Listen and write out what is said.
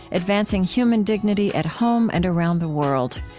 advancing human dignity at home and around the world.